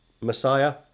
Messiah